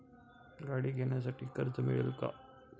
गाडी घेण्यासाठी कर्ज मिळेल का?